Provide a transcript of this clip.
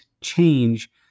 change